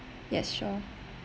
yes sure